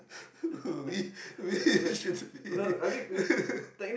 we we should be